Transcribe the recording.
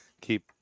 keep